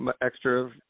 extra